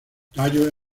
tallos